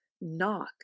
knock